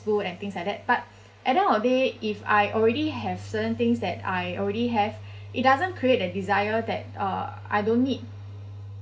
fool and things like that but at end of the day if I already have certain things that I already have it doesn't create a desire that uh I don't need